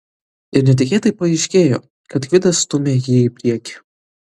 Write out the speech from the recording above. ir netikėtai paaiškėjo kad gvidas stumia jį į priekį